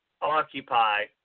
occupy